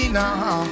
now